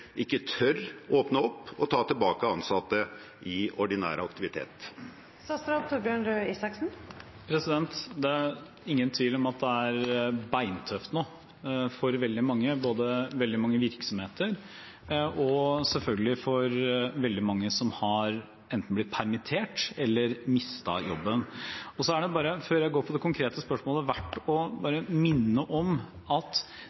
ikke tør åpne opp og ta tilbake ansatte i ordinær aktivitet? Det er ingen tvil om at det er beintøft nå for veldig mange – både for veldig mange virksomheter og selvfølgelig for veldig mange som enten har blitt permittert eller har mistet jobben. Før jeg går på det konkrete spørsmålet, er det verdt å bare minne om at